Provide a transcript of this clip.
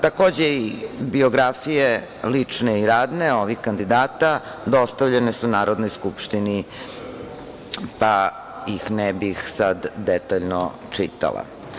Takođe biografije, lične i radne, ovih kandidata dostavljene su Narodnoj skupštini, pa ih ne bih sada detaljno čitala.